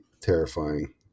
terrifying